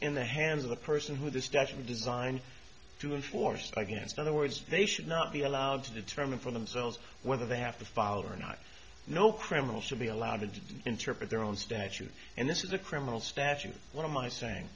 in the hands of a person who this daschle designed to enforce against other words they should not be allowed to determine for themselves whether they have to follow or not no criminal should be allowed to interpret their own statute and this is a criminal statute what am i saying